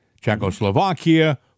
Czechoslovakia